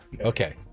Okay